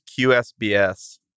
QSBS